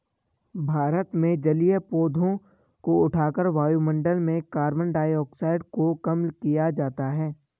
भारत में जलीय पौधों को उठाकर वायुमंडल में कार्बन डाइऑक्साइड को कम किया जाता है